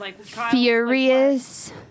furious